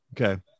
Okay